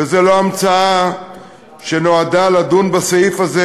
וזו לא המצאה שנועדה לדון בסעיף הזה,